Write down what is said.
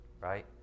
right